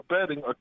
abetting